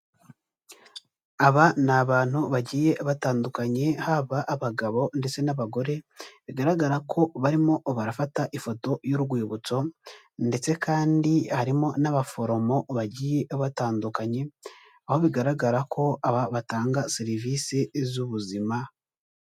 Aba ni abantu bagiye batandukanye, haba abagabo ndetse n'abagore, bigaragara ko barimo barafata ifoto y'urwibutso ndetse kandi harimo n'abaforomo bagiye batandukanye, aho bigaragara ko aha batanga serivisi z'ubuzima.